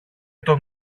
τον